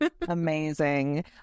Amazing